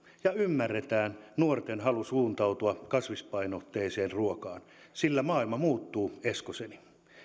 ja ymmärretään nuorten halu suuntautua kasvispainotteiseen ruokaan sillä maailma muuttuu eskoseni